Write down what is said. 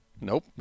Nope